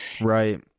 Right